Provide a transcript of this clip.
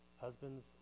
husbands